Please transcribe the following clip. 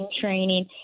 training